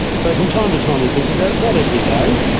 so from time to time we think about it. not every day.